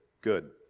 good